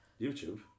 YouTube